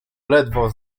ledwo